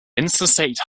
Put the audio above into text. interstate